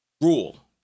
rule